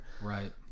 right